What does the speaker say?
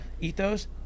ethos